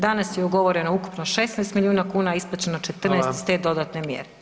Danas je ugovoreno ukupno 16 miliona kuna, a isplaćeno 14 uz te dodatne mjere.